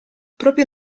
proprio